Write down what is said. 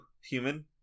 human